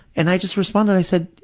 and i just responded, i said,